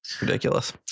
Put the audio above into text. ridiculous